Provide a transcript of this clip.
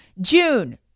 June